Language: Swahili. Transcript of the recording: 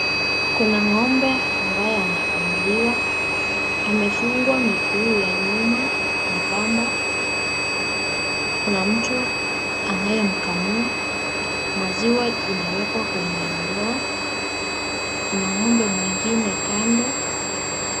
Kuna ngombe ambaye anakamuliwa, amefungwa miguu ya nyuma na kamba, Kuna mtu anayemkamua, maziwa inawekwa kwenye ndoo, Kuna ngombe mwingine kando.